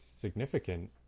significant